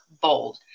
bold